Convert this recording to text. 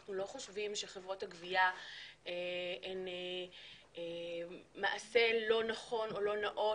אנחנו לא חושבים שחברות הגבייה הן מעשה לא נכון או לא נאות.